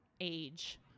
age